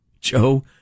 Joe